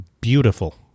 beautiful